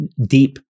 deep